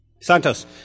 Santos